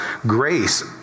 grace